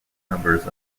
numbers